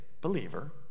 believer